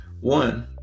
One